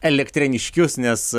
elektrėniškius nes